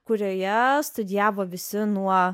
kurioje studijavo visi nuo